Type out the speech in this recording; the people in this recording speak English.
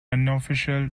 unofficial